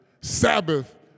Sabbath